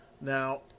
Now